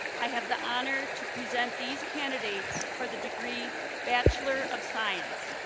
i have the honor to present these candidates for the degree bachelor of science.